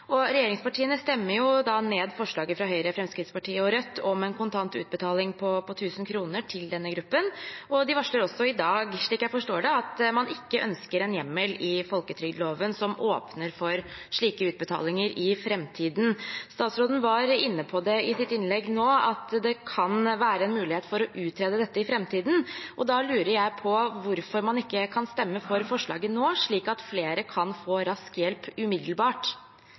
Regjeringspartiene stemmer ned forslaget fra Høyre, Fremskrittspartiet og Rødt om en kontant utbetaling på 1 000 kr til denne gruppen, og de varsler også i dag – slik jeg forstår det – at man ikke ønsker en hjemmel i folketrygdloven som åpner for slike utbetalinger i framtiden. Statsråden var i sitt innlegg nå inne på at det kan være en mulighet for å utrede dette i framtiden. Da lurer jeg på hvorfor man ikke kan stemme for forslaget nå, slik at flere kan få rask hjelp umiddelbart.